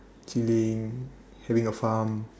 chilling having a farm